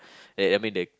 they I mean they